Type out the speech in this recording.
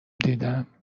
دیدم